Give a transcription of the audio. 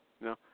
No